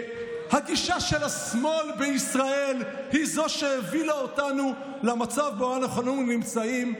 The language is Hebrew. הגישה של השמאל בישראל היא זו שהובילה אותנו למצב שבו אנחנו נמצאים,